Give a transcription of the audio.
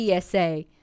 PSA